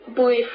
boy